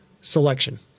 selection